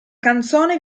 canzone